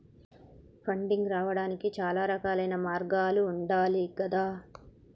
funding రావడానికి చాలా రకాలైన మార్గాలు ఉండాలి గదా